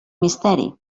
misteri